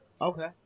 Okay